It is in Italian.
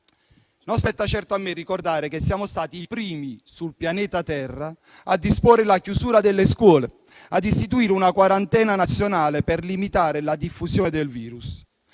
Non spetta certo a me ricordare che siamo stati i primi sul pianeta Terra a disporre la chiusura delle scuole, a istituire una quarantena nazionale per limitare la diffusione del virus,